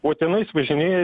o tenais važinėja